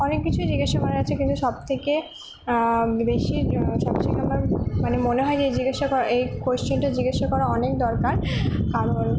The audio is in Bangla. অনেক কিছুই জিজ্ঞেস করার আছে কিন্তু সব থেকে বেশি সবথেকে আমার মানে মনে হয় যে জিজ্ঞেস করার এই কোশ্চেনটা জিজ্ঞাসা করা অনেক দরকার কারণ